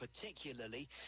particularly